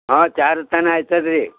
ಹಾಂ ಚಾರ್ ತನಕ ಆಯ್ತದೆ ರೀ